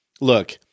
look